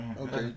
Okay